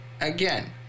Again